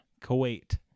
Kuwait